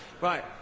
Right